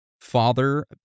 Father